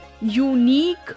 unique